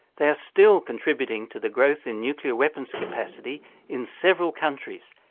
they are still contributing to the growth in nuclear weapons capacity in several countries.